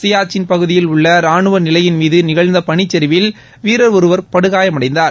சியாச்சன் பகுதியில் உள்ள ராணுவ நிலையின் மீது நிகழ்ந்த பனிச்சிவில் வீரர் ஒருவர் படுகாயமடைந்தார்